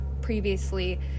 previously